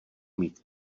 mít